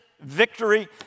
victory